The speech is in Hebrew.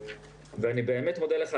אני באמת מודה לך,